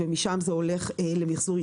ומשם זה הולך ישירות למחזור.